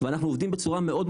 ואנחנו עובדים בצורה מאוד,